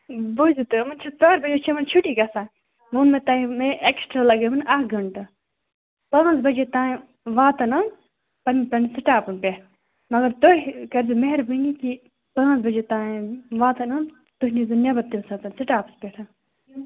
بوٗزِو تُہۍ یِمن چھِ ژورِ بَجے چھےٚ یِمن چھُٹی گَژھان وۄنۍ وۄن مےٚ ٹَایِم ایٚکٕسٹرٛا لَگہِ یِمن اَکھ گَنٛٹہٕ پانٛژ بَجے تام واتَن یِم پَنٮ۪ن پَنٮ۪ن سٹاپَن پٮ۪ٹھ مگر تُہُۍ کٕرۍزیٚو میٚہربٲنی کہِ پانٛژھ بَجے تام واتَن یِم تُہۍ نیٖرزیٚو نٮ۪بر تَمہِ ساتہٕ سٹاپَس پٮ۪ٹھ